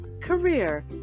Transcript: career